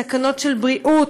סכנות של בריאות,